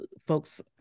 folks